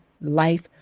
life